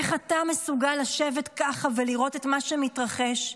איך אתה מסוגל לשבת ככה ולראות את מה שמתרחש,